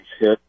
hit